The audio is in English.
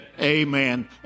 amen